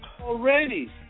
Already